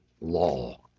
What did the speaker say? law